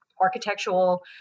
architectural